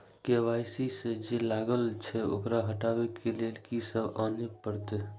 KYC जे लागल छै ओकरा हटाबै के लैल की सब आने परतै?